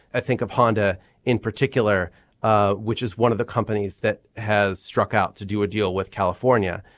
i think of honda in particular ah which is one of the companies that has struck out to do a deal with california.